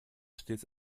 stets